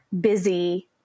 busy